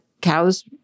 cows